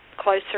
closer